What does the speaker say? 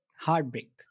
heartbreak